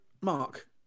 Mark